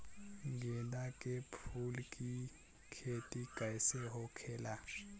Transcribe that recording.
गेंदा के फूल की खेती कैसे होखेला?